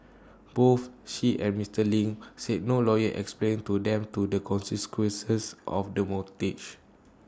both she and Mister Ling said no lawyer explained to them to the consequences of the mortgage